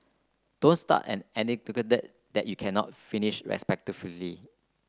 don't start an anecdote that you cannot finish respectfully